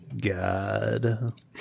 God